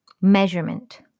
Measurement